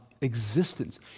existence